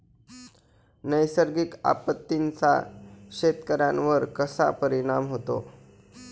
नैसर्गिक आपत्तींचा शेतकऱ्यांवर कसा परिणाम होतो?